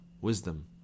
wisdom